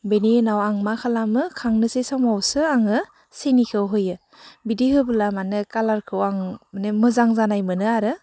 बेनि उनाव आं मा खालामो खांनोसै समावसो आङो सेनिखौ होयो बिदि होब्ला मानि खालारखौ आं मानि मोजां जानाय मोनो आरो